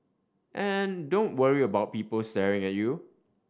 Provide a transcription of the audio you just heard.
and don't worry about people staring at you